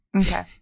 Okay